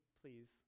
Please